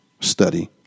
study